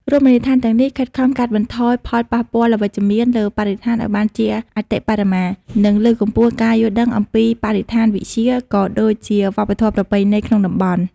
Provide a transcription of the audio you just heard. រមណីយដ្ឋានទាំងនេះខិតខំកាត់បន្ថយផលប៉ះពាល់អវិជ្ជមានលើបរិស្ថានឱ្យបានជាអតិបរមា និងលើកកម្ពស់ការយល់ដឹងអំពីបរិស្ថានវិទ្យា ក៏ដូចជាវប្បធម៌ប្រពៃណីក្នុងតំបន់។